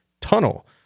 tunnel